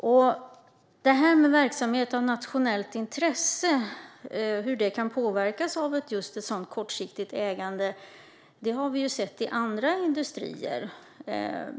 Hur en verksamhet av nationellt intresse kan påverkas av ett kortsiktigt ägande har vi sett i andra industrier.